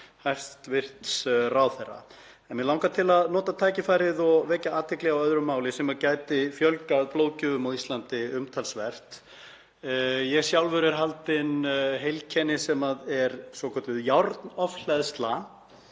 hæstv. ráðherra. Mig langar til að nota tækifærið og vekja athygli á öðru máli sem gæti fjölgað blóðgjöfum á Íslandi umtalsvert. Ég sjálfur er haldinn heilkenni sem er svokölluð járnofhleðsla